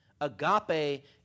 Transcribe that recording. Agape